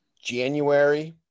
January